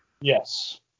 Yes